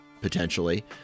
potentially